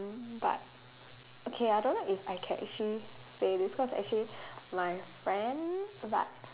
mm but okay I don't know if I can actually say this cause actually my friend but